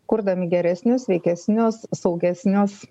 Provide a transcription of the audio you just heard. kurdami geresnius sveikesnius saugesnius